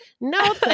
No